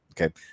okay